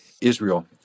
Israel